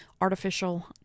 artificial